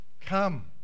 Come